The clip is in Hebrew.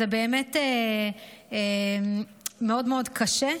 זה באמת מאוד קשה.